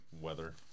weather